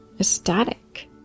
ecstatic